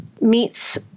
meets